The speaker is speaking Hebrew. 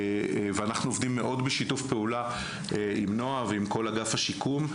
אנחנו עובדים מאוד בשיתוף פעולה עם נועה ועם כל אגף השיקום.